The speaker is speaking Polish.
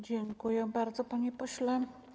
Dziękuję bardzo, panie pośle.